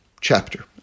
chapter